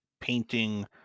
painting